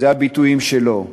אלה הביטויים שלו?